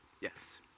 Yes